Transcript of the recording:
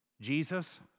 Jesus